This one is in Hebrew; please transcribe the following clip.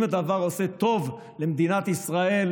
אם הדבר הזה טוב למדינת ישראל,